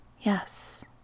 Yes